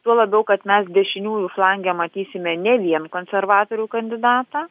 tuo labiau kad mes dešiniųjų flange matysime ne vien konservatorių kandidatą